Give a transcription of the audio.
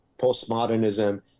postmodernism